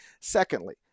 Secondly